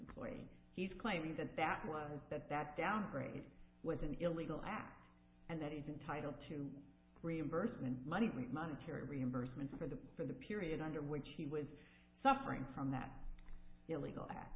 floyd he's claiming that that was that that downgrade was an illegal act and that he's entitled to reimbursement money monetary reimbursement for the for the period under which he was suffering from that illegal